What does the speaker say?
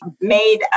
made